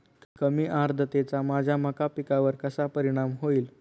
कमी आर्द्रतेचा माझ्या मका पिकावर कसा परिणाम होईल?